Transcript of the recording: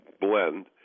blend